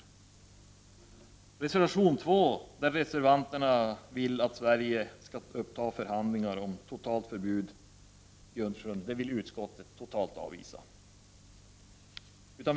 I reservation 2 vill reservanterna att Sverige skall uppta förhandlingar om totalt förbud mot prospektering och utvinning i Östersjön. Det avvisar utskottsmajoriteten.